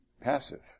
passive